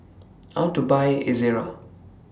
I want to Buy Ezerra